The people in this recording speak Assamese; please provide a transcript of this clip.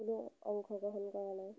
কোনো অংশগ্ৰহণ কৰা নাই